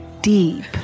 Deep